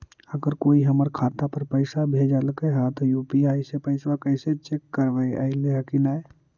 अगर कोइ हमर खाता पर पैसा भेजलके हे त यु.पी.आई से पैसबा कैसे चेक करबइ ऐले हे कि न?